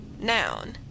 Noun